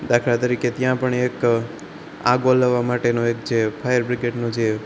દાખલા તરીકે ત્યાં પણ એક આગ ઓલવવા માટેનું એક જે ફાયર બ્રિગેડનું જે